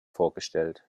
vorgestellt